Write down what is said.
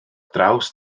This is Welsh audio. draws